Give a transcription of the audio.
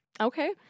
Okay